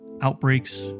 outbreaks